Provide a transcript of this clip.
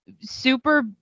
Super